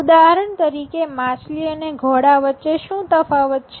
ઉદાહરણ તરીકે માછલી અને ઘોડા વચ્ચે શું તફાવત છે